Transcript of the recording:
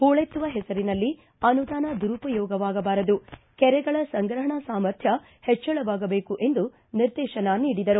ಹೂಳೆತ್ತುವ ಹೆಸರಲ್ಲಿ ಅನುದಾನ ದುರುಪಯೋಗವಾಗಬಾರದು ಕೆರೆಗಳ ಸಂಗ್ರಹಣಾ ಸಾಮರ್ಥ್ನ ಹೆಚ್ಚಳವಾಗಬೇಕು ಎಂದು ನಿರ್ದೇಶನ ನೀಡಿದರು